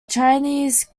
chinese